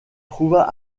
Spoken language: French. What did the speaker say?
trouva